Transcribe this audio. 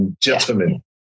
gentlemen